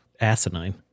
asinine